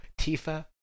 Tifa